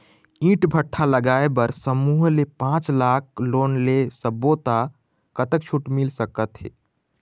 ईंट भट्ठा लगाए बर समूह ले पांच लाख लाख़ लोन ले सब्बो ता कतक छूट मिल सका थे?